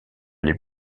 les